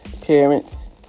Parents